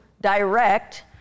direct